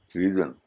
reason